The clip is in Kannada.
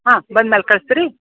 ಹಾಂ ಬಂದ ಮೇಲೆ ಕಳಿಸ್ತೀರೀ